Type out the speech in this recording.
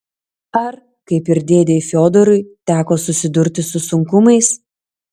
ar kaip ir dėdei fiodorui teko susidurti su sunkumais